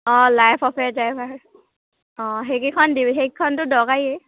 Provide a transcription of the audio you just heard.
অঁ life of a driver uh সেইকেইখন দি সেইকেইখনটো দৰকাৰীয়ে